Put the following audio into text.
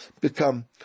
become